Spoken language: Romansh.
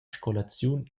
scolaziun